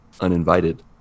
uninvited